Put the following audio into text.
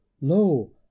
Lo